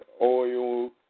oil